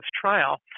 trial